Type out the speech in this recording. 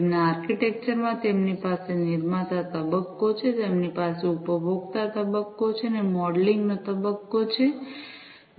તેમના આર્કિટેક્ચર માં તેમની પાસે નિર્માતા તબક્કો છે તેમની પાસે ઉપભોક્તા તબક્કો છે અને મોડેલિંગ નો તબક્કો છે